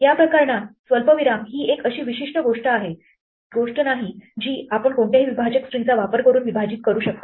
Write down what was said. या प्रकरणात स्वल्पविराम ही एक विशेष गोष्ट नाही जी आपण कोणत्याही विभाजक स्ट्रिंगचा वापर करून विभाजित करू शकता